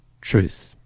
truth